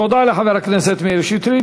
תודה לחבר הכנסת מאיר שטרית.